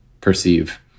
perceive